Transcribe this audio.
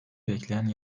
bekleyen